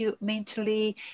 mentally